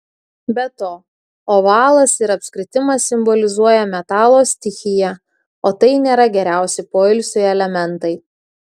be to ovalas ir apskritimas simbolizuoja metalo stichiją o tai nėra geriausi poilsiui elementai